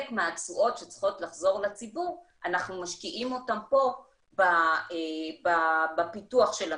מהתשואות שצריכות לחזור לציבור אנחנו משקיעים אותן פה בפיתוח של המשק.